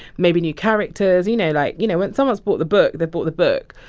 maybe new characters. you know? like, you know, when someone's bought the book, they've bought the book.